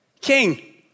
king